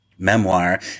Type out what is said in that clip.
memoir